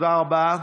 תודה רבה.